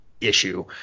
issue